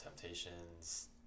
temptations